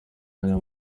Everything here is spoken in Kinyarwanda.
aya